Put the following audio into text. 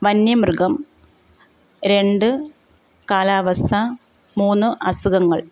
വന്യമൃഗം രണ്ട് കാലാവസ്ഥ മൂന്ന് അസുഖങ്ങൾ